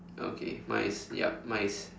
okay mine is yup mine is